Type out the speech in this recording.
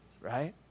right